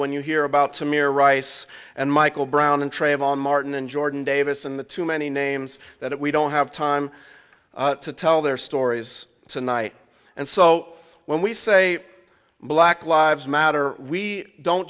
when you hear about samir rice and michael brown and trayvon martin and jordan davis and the too many names that we don't have time to tell their stories tonight and so when we say black lives matter we don't